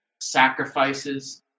sacrifices